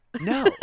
No